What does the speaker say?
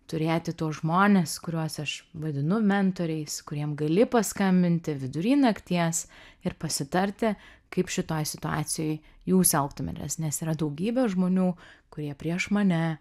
turėti tuos žmones kuriuos aš vadinu mentoriais kuriem gali paskambinti vidury nakties ir pasitarti kaip šitoj situacijoj jūs elgtumėtės nes yra daugybė žmonių kurie prieš mane